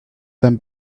them